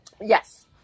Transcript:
Yes